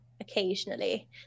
occasionally